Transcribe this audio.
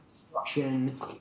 destruction